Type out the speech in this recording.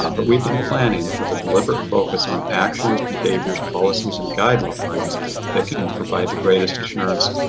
ah but we've been planning with a deliberate focus on actions behaviors, policies and guidelines that can provide the greatest assurance